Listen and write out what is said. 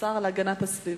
השר להגנת הסביבה.